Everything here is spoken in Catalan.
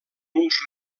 uns